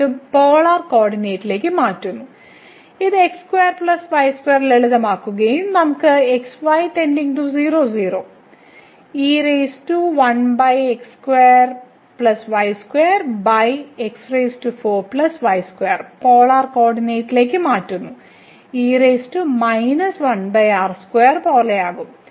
നമ്മൾ വീണ്ടും പോളാർ കോർഡിനേറ്റിലേക്ക് മാറ്റുന്നു ഇത് ലളിതമാക്കുകയും നമുക്ക് x y → 00 പോളാർ കോർഡിനേറ്റിലേക്ക് മാറുന്നത് പോലെയാകും